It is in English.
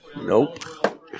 Nope